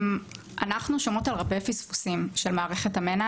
אנחנו שומעות על הרבה פספוסים של מערכת המנ"ע.